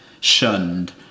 shunned